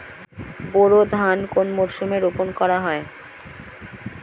বোরো ধান কোন মরশুমে রোপণ করা হয়?